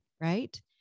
Right